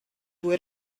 due